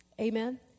Amen